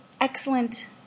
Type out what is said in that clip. excellent